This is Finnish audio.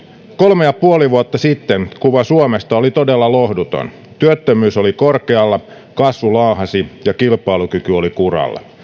kolme ja puoli vuotta sitten kuva suomesta oli todella lohduton työttömyys oli korkealla kasvu laahasi ja kilpailukyky oli kuralla